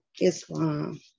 Islam